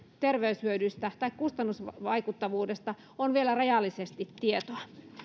terveyshyödyistä tai kustannusvaikuttavuudesta on vielä rajallisesti tietoa